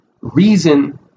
reason